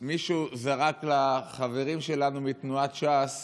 מישהו זרק לחברים שלנו מתנועת ש"ס